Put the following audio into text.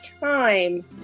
time